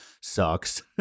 sucks